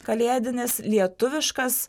kalėdinis lietuviškas